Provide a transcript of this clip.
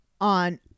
on